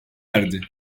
erdi